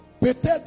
Peut-être